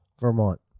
Vermont